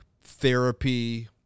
therapy